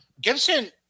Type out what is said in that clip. Gibson